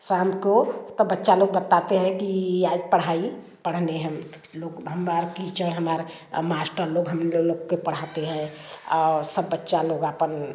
शाम को तो बच्चा लोग बताते हैं कि आज पढ़ाई पढ़ने हम लोग हम बाहर कीचड़ हमार मास्टर लोग हम लोग के पढ़ाते हैं और सब बच्चा लोग आपन